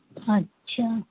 अच्छा